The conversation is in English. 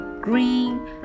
green